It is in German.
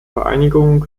vereinigung